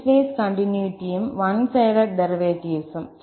piecewise കണ്ടിന്യൂറ്റിയും one sided ഡെറിവേറ്റീവ്സും